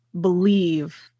believe